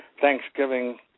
Thanksgiving